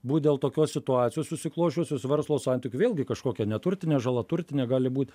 būt dėl tokios situacijos susiklosčiusios verslo santykių vėlgi kažkokia neturtinė žala turtinė gali būt